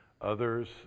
others